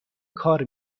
کار